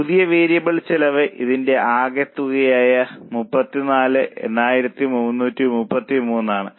പുതിയ വേരിയബിൾ ചെലവ് ഇതിന്റെ ആകെത്തുകയായ 348333 ആണ്